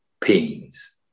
pains